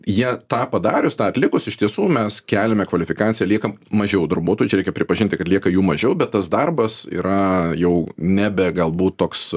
jie tą padarius tą atlikus iš tiesų mes keliame kvalifikaciją lieka mažiau darbuotojų čia reikia pripažinti kad lieka jų mažiau bet tas darbas yra jau nebe galbūt toks